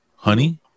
Honey